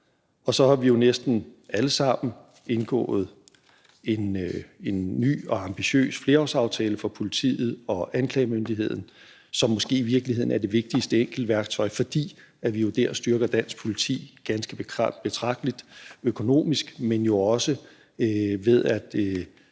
Og så har vi jo næsten alle sammen indgået en ny og ambitiøs flerårsaftale for politiet og anklagemyndigheden, som måske i virkeligheden er det vigtigste enkeltværktøj, fordi vi jo der styrker dansk politi ganske betragteligt økonomisk, men jo også ved at